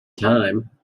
time